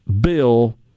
Bill